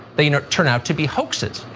they you know turn out to be hoaxes.